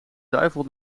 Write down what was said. duivel